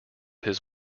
his